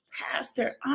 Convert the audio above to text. pastor